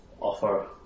Offer